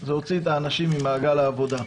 זה הוציא את האנשים ממעגל העבודה.